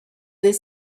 des